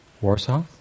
Warsaw